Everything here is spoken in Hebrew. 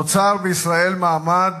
נוצר בישראל מעמד